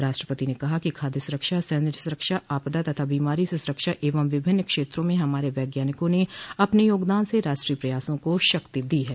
राष्ट्रपति ने कहा कि खाद्य सुरक्षा सैन्य सुरक्षा आपदा तथा बीमारी से सुरक्षा एवं विभिन्न क्षेत्रों में हमारे वैज्ञानिकों ने अपने योगदान से राष्ट्रीय प्रयासों को शक्ति दी है